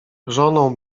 żoną